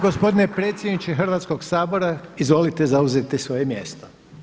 Gospodine predsjedniče Hrvatskog sabora, izvolite zauzeti svoje mjesto.